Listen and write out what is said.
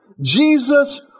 Jesus